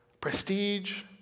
Prestige